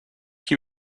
qui